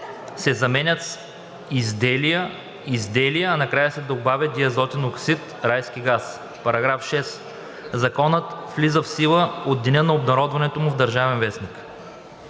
с „изделия, изделия“, а накрая се добавя „диазотен оксид (райски газ)“. § 6. Законът влиза в сила от деня на обнародването му в „Държавен вестник.“